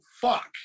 fuck